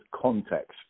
context